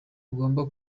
ugomba